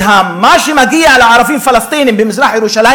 את מה שמגיע לערבים פלסטינים במזרח-ירושלים